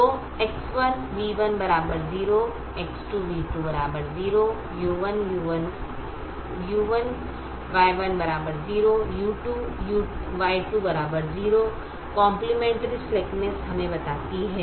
तो X1v1 0 X2v2 0 Y1u1 0 Y2u2 0 complementary slackness हमें बताती है